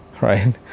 right